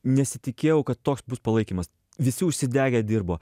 nesitikėjau kad toks bus palaikymas visi užsidegę dirbo